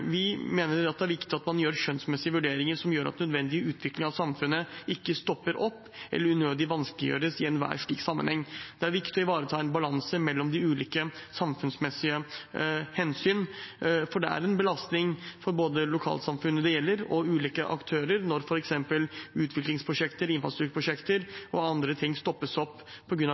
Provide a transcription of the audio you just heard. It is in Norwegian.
vi mener det er viktig at man gjør skjønnsmessige vurderinger som gjør at nødvendig utvikling av samfunnet ikke stopper opp eller unødig vanskeliggjøres i enhver slik sammenheng. Det er viktig å ivareta en balanse mellom de ulike samfunnsmessige hensyn, for det er en belastning for både lokalsamfunnet det gjelder, og ulike aktører når f.eks. utviklingsprosjekter, infrastrukturprosjekter og andre ting stoppes opp